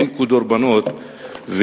הם כדרבונות,